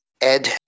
Ed